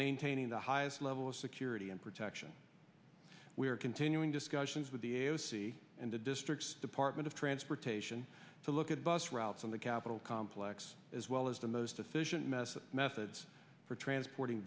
maintaining the highest level of security and protection we are continuing discussions with the s c and the district's apartment of transportation to look at bus routes in the capitol complex as well as the most efficient message methods for transporting